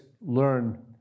learn